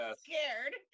scared